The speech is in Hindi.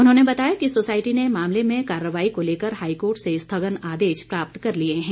उन्होंने बताया कि सोसाइटी ने मामले में करवाई को लेकर हाईकोर्ट से स्थगन आदेश प्राप्त कर लिए हैं